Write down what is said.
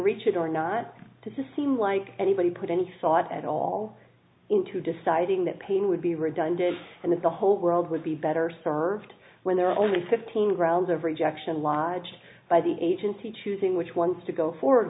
reach it or not to seem like anybody put any thought at all into deciding that pain would be redundant and that the whole world would be better served when there are only fifteen grounds of rejection lodged by the agency choosing which ones to go forward